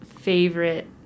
favorite